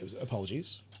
Apologies